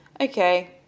okay